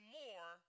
more